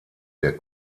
der